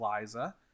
liza